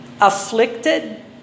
afflicted